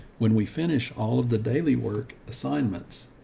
when we finish all of the daily work assignments,